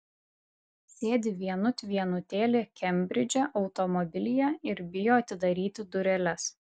sėdi vienut vienutėlė kembridže automobilyje ir bijo atidaryti dureles